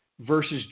versus